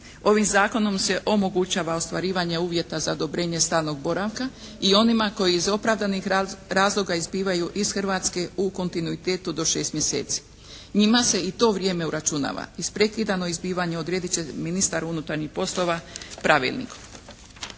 Ovim Zakonom se omogućava ostvarivanje uvjeta za odobrenje stalnog boravka i onima koji iz opravdanih razloga izbivaju iz Hrvatske u kontinuitetu do 6 mjeseci. Njima se i to vrijeme uračunava. Isprekidano izbivanje odredit će ministar unutarnjih poslova pravilnikom.